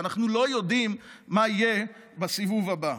ואנחנו לא יודעים מה יהיה בסיבוב הבא.